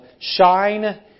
shine